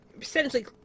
essentially